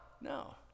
no